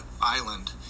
Island